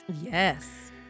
Yes